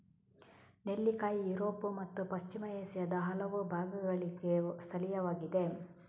ನೆಲ್ಲಿಕಾಯಿ ಯುರೋಪ್ ಮತ್ತು ಪಶ್ಚಿಮ ಏಷ್ಯಾದ ಹಲವು ಭಾಗಗಳಿಗೆ ಸ್ಥಳೀಯವಾಗಿದೆ